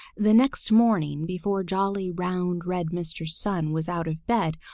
the next morning, before jolly, round, red mr. sun was out of bed,